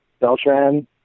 Beltran